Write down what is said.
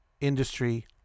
industry